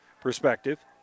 perspective